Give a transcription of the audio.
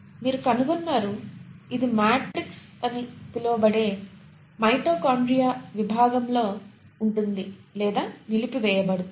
మీరు కనుగొన్నారు ఇది మాట్రిక్స్ అని పిలువబడే మైటోకాండ్రియా విభాగంలో ఉంటుంది లేదా నిలిపివేయబడుతుంది